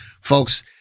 Folks